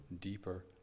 deeper